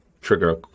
trigger